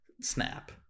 Snap